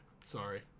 Sorry